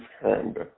hand